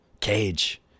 Cage